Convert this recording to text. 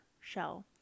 shell